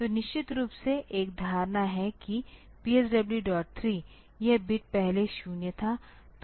तो निश्चित रूप से एक धारणा है कि PSW3 यह बिट पहले 0 था